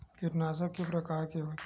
कीटनाशक के प्रकार के होथे?